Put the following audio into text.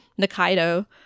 Nakaido